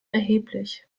erheblich